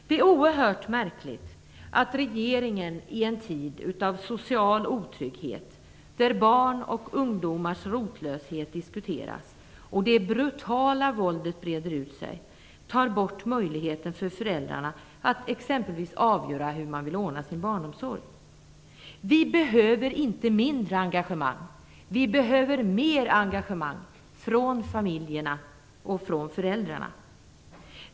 Det är oerhört märkligt att regeringen i en tid av social otrygghet, där barns och ungomars rotlöshet diskuteras och det brutala våldet breder ut sig, tar bort möjligheten för föräldrarna att exempelvis avgöra hur man vill ordna sin barnomsorg. Vi behöver inte mindre engagemang, utan vi behöver mer engagemang från familjerna och från föräldrarna.